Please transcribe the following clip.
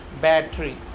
battery